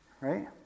right